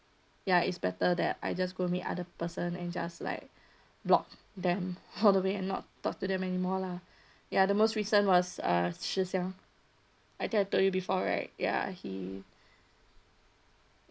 ya it's better that I just go meet other person and just like block them all the way and not talk to them anymore lah ya the most recent was uh sze xiang I think I told you before right ya he